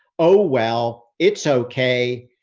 oh well, it's okay.